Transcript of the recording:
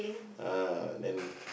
ah then